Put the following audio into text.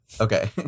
okay